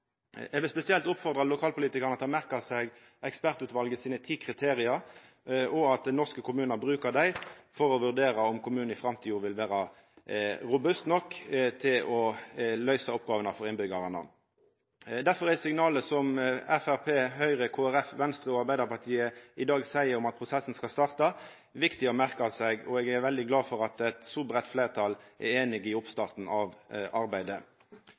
Eg vil spesielt oppfordra lokalpolitikarane til å merkja seg ekspertutvalet sine ti kriterium, og til at norske kommunar brukar dei for å vurdera om kommunen i framtida vil vera robust nok til å løysa oppgåvene for innbyggjarane. Derfor er signalet som Framstegspartiet, Høgre, Kristeleg Folkeparti, Venstre og Arbeidarpartiet i dag gjev om at prosessen skal starta, viktig å merkja seg, og eg er glad for at eit så breitt fleirtal er einig i oppstarten av arbeidet.